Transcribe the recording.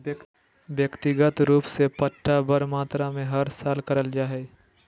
व्यक्तिगत रूप से पट्टा बड़ मात्रा मे हर साल करल जा हय